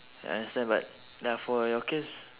I understand but ya for your case